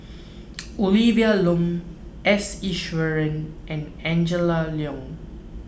Olivia Lum S Iswaran and Angela Liong